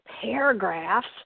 paragraphs